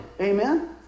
Amen